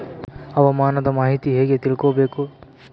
ಹವಾಮಾನದ ಮಾಹಿತಿ ಹೇಗೆ ತಿಳಕೊಬೇಕು?